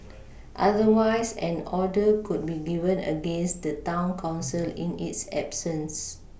otherwise an order could be given against the town council in its absence